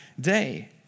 day